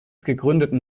gegründeten